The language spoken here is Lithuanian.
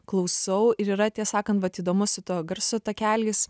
klausau ir yra tiesą sakant vat įdomu su to garso takeliais